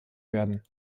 werden